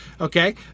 okay